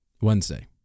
Wednesday